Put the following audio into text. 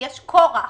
יש כורח